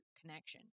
connection